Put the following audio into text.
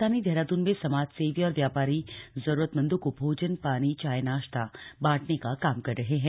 राजधानी देहरादून में समाजसेवी और व्यापारी जरूरतमंदों को भोजन पानी चाय नाश्ता बांटने का काम कर रहे हैं